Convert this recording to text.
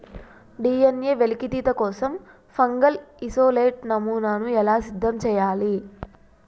DNA వెలికితీత కోసం fungal isolate నమూనాను ఎలా సిద్ధం చెయ్యాలి?